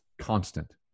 constant